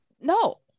no